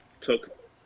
took